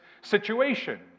situation